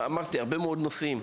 אמרתי הרבה מאוד נושאים,